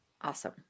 awesome